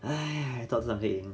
!hais! thought 这场可以赢